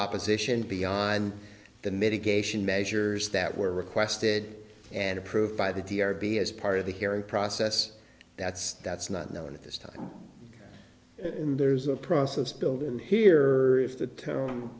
opposition beyond the mitigation measures that were requested and approved by the d r be as part of the hearing process that's that's not known at this time and there's a process building here if the to